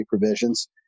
provisions